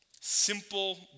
Simple